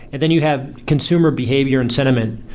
and then you have consumer behavior and sentiment.